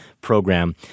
program